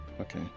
Okay